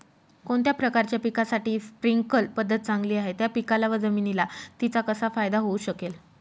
कोणत्या प्रकारच्या पिकासाठी स्प्रिंकल पद्धत चांगली आहे? त्या पिकाला व जमिनीला तिचा कसा फायदा होऊ शकेल?